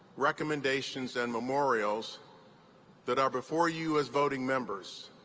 recommendations, and memorials that are before you as voting members.